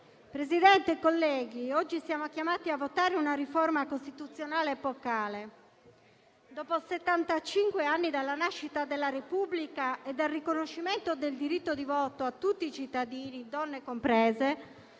Presidente, colleghi, siamo chiamati a votare una riforma costituzionale epocale. Dopo settantacinque anni dalla nascita della Repubblica e del riconoscimento del diritto di voto a tutti i cittadini, donne comprese,